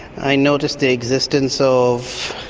i noticed the existence of